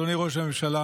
אדוני ראש הממשלה,